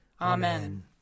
Amen